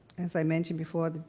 as i mentioned before,